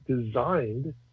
designed